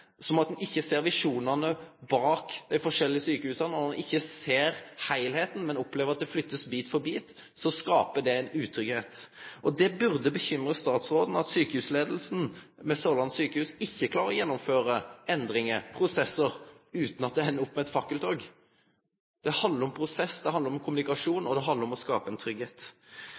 som om ein ikkje ser visjonane bak dei forskjellige sjukehusa, ikkje ser heilskapen, men opplever at det blir flytta bit for bit, skaper det utryggleik. Det burde bekymre statsråden at sjukehusleiinga ved Sørlandet sykehus ikkje klarer å gjennomføre endringar, prosessar, utan at det endar opp med eit fakkeltog. Det handlar om prosess, det handlar om kommunikasjon og det handlar om å skape tryggleik. Så hovudstadsprosessen er ein